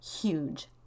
huge